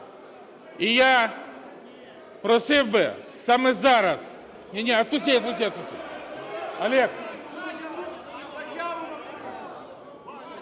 І я просив би саме зараз…